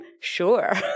Sure